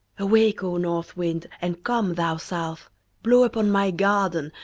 awake, o north wind and come, thou south blow upon my garden,